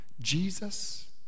Jesus